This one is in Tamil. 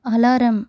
அலாரம்